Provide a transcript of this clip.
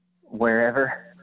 wherever